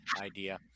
idea